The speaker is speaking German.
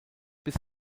bis